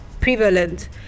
prevalent